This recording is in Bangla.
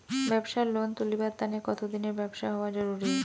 ব্যাবসার লোন তুলিবার তানে কতদিনের ব্যবসা হওয়া জরুরি?